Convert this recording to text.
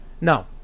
No